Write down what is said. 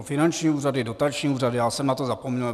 Finanční úřady, dotační úřady, já jsem na to zapomněl.